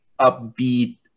upbeat